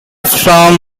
from